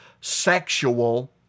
sexual